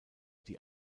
die